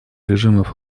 режимов